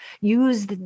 use